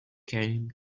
came